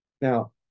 Now